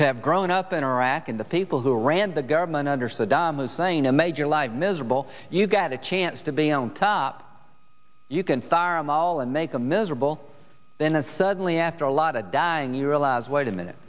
to have grown up in iraq and the people who ran the government under saddam hussein a major live miserable you've got a chance to be on top you can start all and make a miserable then there's suddenly after a lot of dying you realize wait a minute